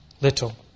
little